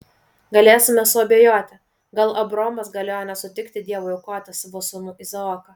galėsime suabejoti gal abraomas galėjo nesutikti dievui aukoti savo sūnų izaoką